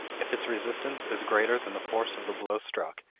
if its resistance is greater than the force of the blow struck,